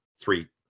three